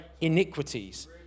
iniquities